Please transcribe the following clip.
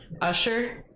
Usher